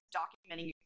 documenting